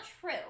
true